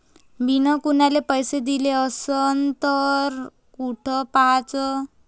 मिन कुनाले पैसे दिले असन तर कुठ पाहाचं?